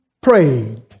prayed